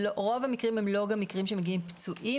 רוב המקרים הם לא מקרים שמגיעים פצועים